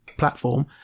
platform